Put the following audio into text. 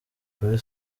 kuri